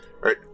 right